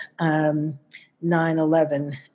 9-11